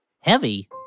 Heavy